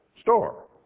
store